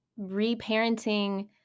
reparenting